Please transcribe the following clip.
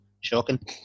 Shocking